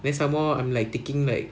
then somemore I'm like taking like